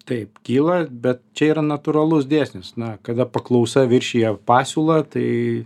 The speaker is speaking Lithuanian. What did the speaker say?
taip kyla bet čia yra natūralus dėsnis na kada paklausa viršija pasiūlą tai